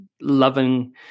loving